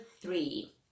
three